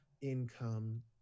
income